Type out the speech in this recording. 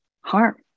harm